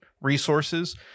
resources